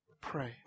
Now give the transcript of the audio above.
pray